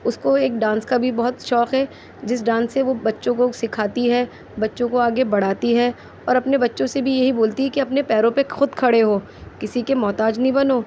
اس کو ایک ڈانس کا بھی بہت شوق ہے جس ڈانس سے وہ بچوں کو سکھاتی ہے بچوں کو آگے بڑھاتی ہے اور اپنے بچوں سے بھی یہی بولتی ہے کہ اپنے پیروں پر خود کھڑے ہو کسی کے محتاج نہیں بنو